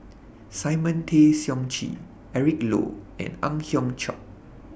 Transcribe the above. Simon Tay Seong Chee Eric Low and Ang Hiong Chiok